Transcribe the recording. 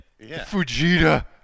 Fujita